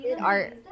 art